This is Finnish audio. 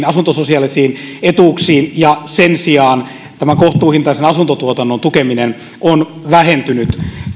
asuntososiaalisiin etuuksiin ja sen sijaan kohtuuhintaisen asuntotuotannon tukeminen on vähentynyt